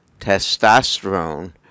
testosterone